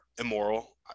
immoral